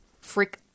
freak